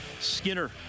Skinner